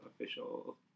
official